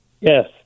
yes